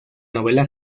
novela